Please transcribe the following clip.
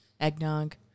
eggnog